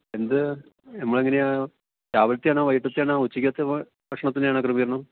എന്ത് നമ്മൾ എങ്ങനെയാണ് രാവിലത്തെതാണോ വൈകിട്ടത്തെയാണോ ഉച്ചക്കത്തെ ഭക്ഷണത്തിന്റെ ആണോ ക്രമീകരണം